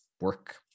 work